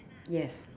yes